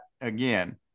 again